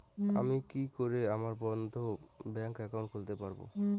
আমি কি করে আমার বন্ধ ব্যাংক একাউন্ট খুলতে পারবো?